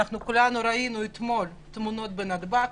כולנו ראינו אתמול את התמונות מנתב"ג.